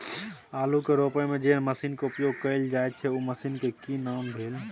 आलू के रोपय में जे मसीन के उपयोग कैल जाय छै उ मसीन के की नाम भेल?